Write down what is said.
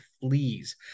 fleas